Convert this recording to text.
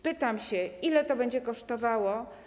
Pytam się: Ile to będzie kosztowało?